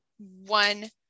one